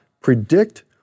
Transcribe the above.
predict